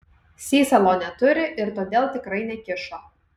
sysalo neturi ir todėl tikrai nekišo